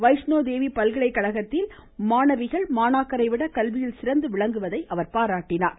வைஷ்னோ தேவி பல்கலைக்கழகத்தில் மாணவிகள் மாணாக்கரை விட கல்வியில் சிறந்து விளங்குவதை அவர் பாராட்டினார்